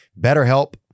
BetterHelp